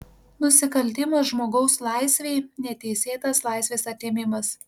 nusikaltimas žmogaus laisvei neteisėtas laisvės atėmimas